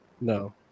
No